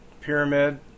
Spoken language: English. pyramid